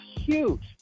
huge